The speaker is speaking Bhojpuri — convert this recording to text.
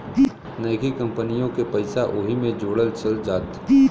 नइकी कंपनिओ के पइसा वही मे जोड़ल चल जात